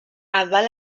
اول